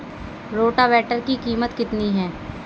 Rotavator की कीमत कितनी है?